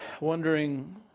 wondering